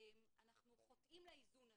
אנחנו חוטאים לאיזון הזה,